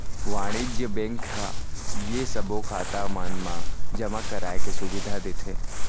वाणिज्य बेंक ह ये सबो खाता मन मा जमा कराए के सुबिधा देथे